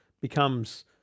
becomes